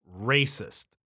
racist